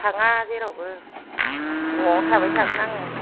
थाङा जेरावबो न'आवनो थाबाय थागोन आङो